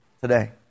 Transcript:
today